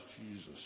Jesus